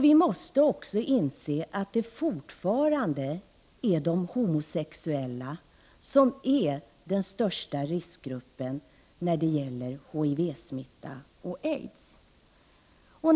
Vi måste också inse att de homosexuella fortfarande är den största riskgruppen när det gäller HTV-smitta och aids.